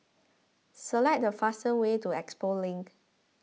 select the fastest way to Expo Link